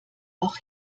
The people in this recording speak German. auch